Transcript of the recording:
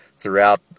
Throughout